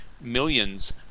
millions